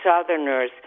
Southerners